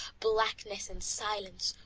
blackness and silence,